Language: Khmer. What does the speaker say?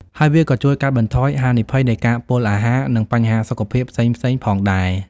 ហើយវាក៏ជួយកាត់បន្ថយហានិភ័យនៃការពុលអាហារ និងបញ្ហាសុខភាពផ្សេងៗផងដែរ។